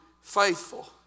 faithful